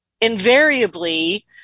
invariably